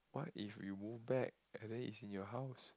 what if we move back and then it's in your house